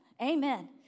Amen